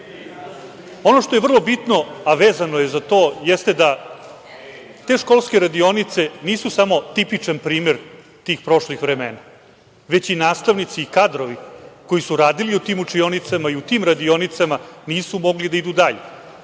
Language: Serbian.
što je vrlo bitno, a vezano je za to, jeste da te školske radionice nisu samo tipičan primer tih prošlih vremena, već i nastavnici i kadrovi, koji su radili u tim učionicama i u tim radionicama, nisu mogli da idu dalje.